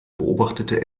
beobachtete